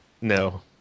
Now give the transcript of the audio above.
No